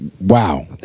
Wow